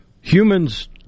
humans